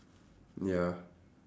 ya